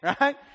right